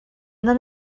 none